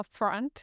upfront